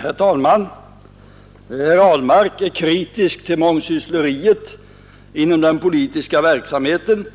Herr talman! Herr Ahlmark är kritisk mot mångsyssleriet inom den politiska verksamheten,